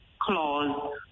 clause